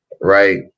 right